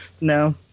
No